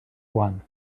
one